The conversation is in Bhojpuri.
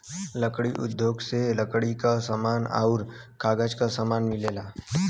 लकड़ी उद्योग से लकड़ी क समान आउर कागज क समान मिलेला